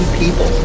people